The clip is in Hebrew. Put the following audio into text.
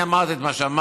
אני אמרתי את מה שאמרתי,